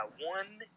one